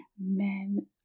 men